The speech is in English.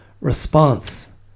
response